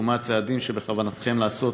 ומה הצעדים שבכוונתכם לעשות